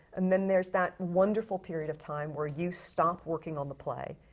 and then there's that wonderful period of time where you stop working on the play,